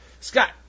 Scott